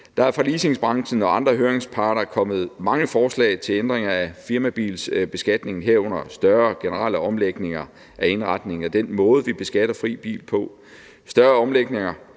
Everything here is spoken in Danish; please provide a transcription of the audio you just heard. Der er fra leasingbranchen og andre høringsparter kommet mange forslag til ændring af firmabilbeskatningen, herunder forslag om større generelle omlægninger af indretningen af den måde, vi beskatter fri bil på. Større omlægninger